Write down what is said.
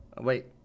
Wait